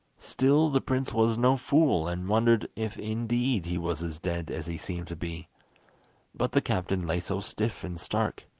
still, the prince was no fool, and wondered if indeed he was as dead as he seemed to be but the captain lay so stiff and stark,